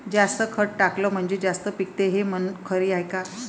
जास्त खत टाकलं म्हनजे जास्त पिकते हे म्हन खरी हाये का?